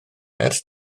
ers